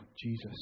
Jesus